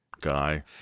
guy